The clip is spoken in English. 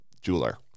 jeweler